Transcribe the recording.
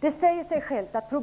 Det säger sig självt att det